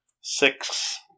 six